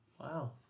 Wow